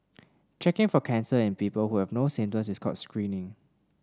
checking for cancer in people who have no symptoms is called screening